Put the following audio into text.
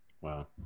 Wow